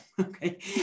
Okay